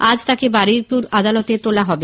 আজ তাকে বারুইপুর আদালতে তোলা হবে